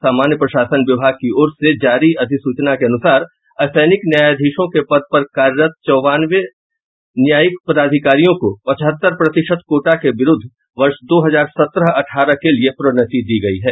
सामान्य प्रशासन विभाग की ओर से जारी अधिसूचना के अनुसार असैनिक न्यायाधीशों के पद पर कार्यरत चौरानवे न्यायिक पदाधिकारियों को पचहत्तर प्रतिशत कोटा के विरूद्ध वर्ष दो हजार सत्रह अठारह के लिए प्रोन्नति दी गयी है